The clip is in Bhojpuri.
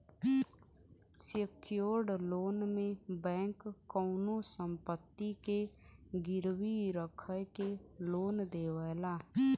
सेक्योर्ड लोन में बैंक कउनो संपत्ति के गिरवी रखके लोन देवला